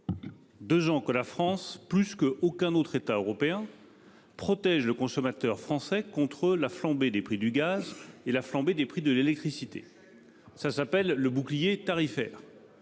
deux ans, la France, plus qu'aucun autre État européen, protège le consommateur français contre la flambée des prix du gaz et des prix de l'électricité. C'est un échec ! Cela s'appelle le bouclier tarifaire.